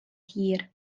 hir